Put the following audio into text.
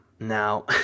Now